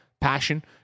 passion